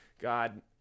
god